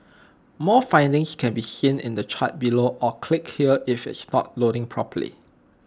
more findings can be seen in the chart below or click here if it's not loading properly